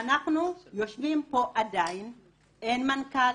ואנחנו עדיין יושבים פה אין מנכ"ל,